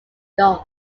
gods